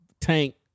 Tank